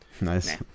Nice